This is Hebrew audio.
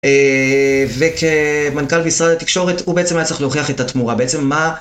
וכמנכ״ל משרד התקשורת הוא בעצם היה צריך להוכיח את התמורה, בעצם מה